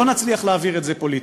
לא נצליח להעביר את זה פוליטית.